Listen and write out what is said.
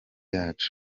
yacu